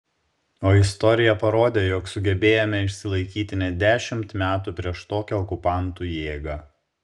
o istorija parodė jog sugebėjome išsilaikyti net dešimt metų prieš tokią okupantų jėgą